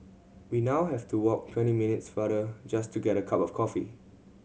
we now have to walk twenty minutes farther just to get a cup of coffee